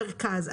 מרכז?